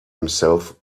himself